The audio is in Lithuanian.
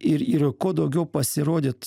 ir ir kuo daugiau pasirodyt